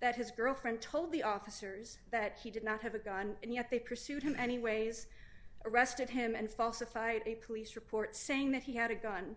that his girlfriend told the officers that he did not have a gun and yet they pursued him anyways arrested him and falsified a police report saying that he had a gun